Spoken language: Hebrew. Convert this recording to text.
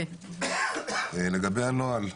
לגבי הנוהל.